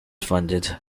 funded